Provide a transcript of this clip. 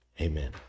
amen